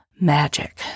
magic